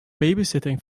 babysitting